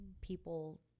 people